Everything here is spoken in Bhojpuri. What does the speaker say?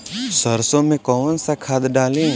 सरसो में कवन सा खाद डाली?